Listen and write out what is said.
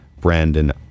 Brandon